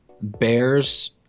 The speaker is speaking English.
Bears